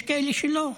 יש כאלה שלא.